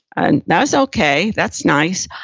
and that was okay, that's nice.